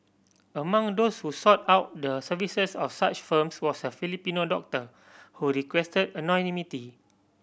among those who sought out the services of such firms was a Filipino doctor who requested anonymity